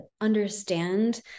understand